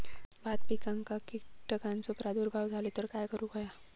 भात पिकांक कीटकांचो प्रादुर्भाव झालो तर काय करूक होया?